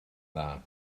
dda